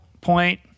point